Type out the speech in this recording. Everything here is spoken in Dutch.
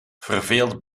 verveeld